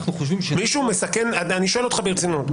אנחנו חושבים --- אני שואל אותך ברצינות: